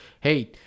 hey